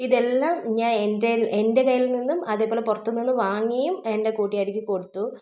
ഇതെല്ലാം ഞാൻ എൻ്റെ എൻ്റെ കയ്യിൽ നിന്നും അതേപോലെ പുറത്ത് നിന്നും വാങ്ങിയും എൻ്റെ കൂട്ടുകാരിക്ക് കൊടുത്തു